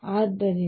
ಆದ್ದರಿಂದ